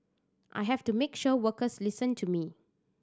I have to make sure workers listen to me